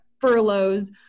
furloughs